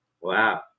wow